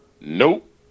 Nope